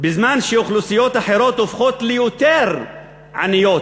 בזמן שאוכלוסיות אחרות הופכות ליותר עניות.